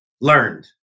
learned